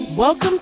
Welcome